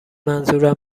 منظورم